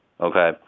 Okay